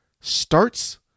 starts